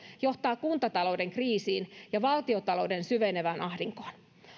johtaa kuntatalouden kriisiin ja valtiontalouden syvenevään ahdinkoon